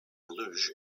luge